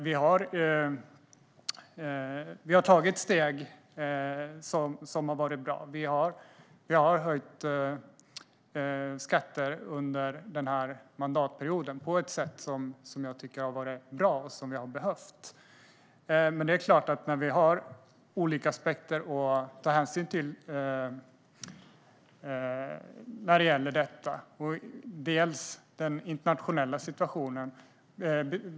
Vi har tagit steg som har varit bra. Vi har höjt skatter under den här mandatperioden på ett sätt som jag tycker har varit bra och nödvändigt. Men det är klart att vi har olika aspekter att ta hänsyn till när det gäller detta, till exempel den internationella situationen.